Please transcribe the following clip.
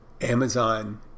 Amazon